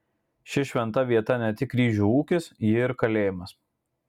ši šventa vieta ne tik ryžių ūkis ji ir kalėjimas